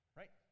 right